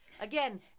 Again